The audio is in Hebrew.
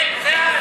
זה מה שאתה אומר?